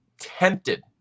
tempted